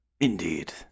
Indeed